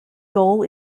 goal